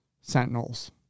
Sentinels